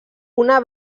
una